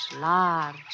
large